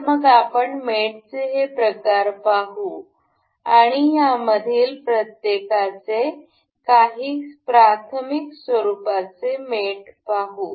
तर मग आपण मेट चे हे प्रकार पाहु आणि या मधील प्रत्येकाचे काही प्राथमिक स्वरूपाचे मेट पाहू